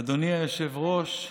אדוני היושב-ראש,